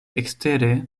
ekstere